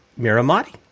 Miramati